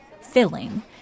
filling